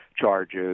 charges